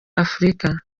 afrika